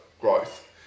growth